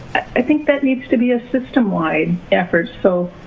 i think that needs to be a system-wide effort. so,